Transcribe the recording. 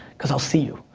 cause i'll see you.